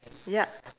ya